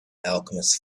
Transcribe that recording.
alchemist